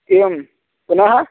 एवं पुनः